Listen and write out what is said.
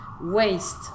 Waste